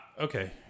Okay